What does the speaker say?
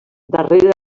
darrere